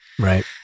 right